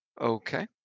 Okay